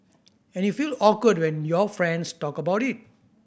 and you feel awkward when your friends talk about it